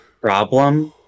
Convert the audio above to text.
problem